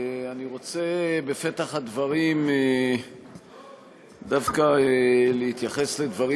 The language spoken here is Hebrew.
אני רוצה בפתח הדברים דווקא להתייחס לדברים